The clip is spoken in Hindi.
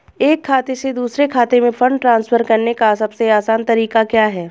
एक खाते से दूसरे खाते में फंड ट्रांसफर करने का सबसे आसान तरीका क्या है?